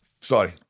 Sorry